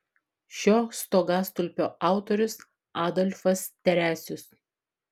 šio stogastulpio autorius adolfas teresius